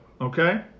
okay